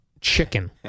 chicken